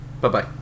bye-bye